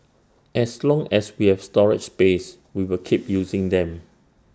as long as we have storage space we will keep using them